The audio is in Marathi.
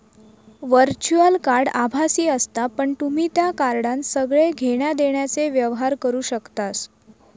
वर्च्युअल कार्ड आभासी असता पण तुम्ही त्या कार्डान सगळे घेण्या देण्याचे व्यवहार करू शकतास